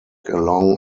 along